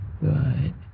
Good